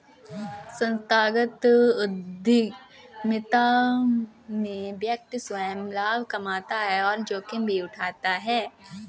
संस्थागत उधमिता में व्यक्ति स्वंय लाभ कमाता है और जोखिम भी उठाता है